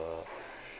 uh